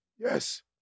Yes